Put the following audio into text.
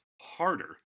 harder